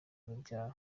urubyaro